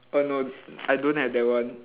uh no I don't have that one